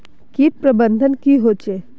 किट प्रबन्धन की होचे?